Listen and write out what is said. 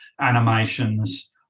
Animations